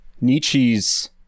Nietzsche's